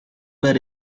bet